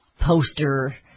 poster